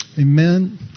Amen